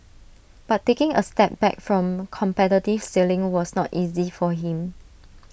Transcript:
but taking A step back from competitive sailing was not easy for him